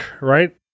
right